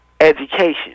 education